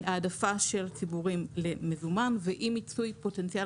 העדפה של ציבור למזומן ואי-מיצוי פוטנציאל